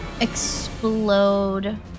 explode